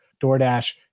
DoorDash